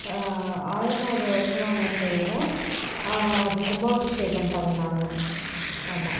ஆயிரமாவது வருஷமா என்னான்னு தெரியலை அது கும்பாபிஷேகம் பண்ணாங்க ஆமாம்